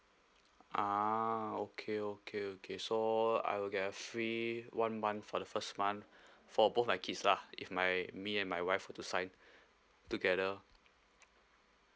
ah okay okay okay so I will get a free one month for the first month for both my kids lah if my me and my wife were to sign together